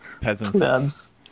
Peasants